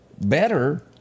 better